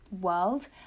world